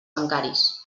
bancaris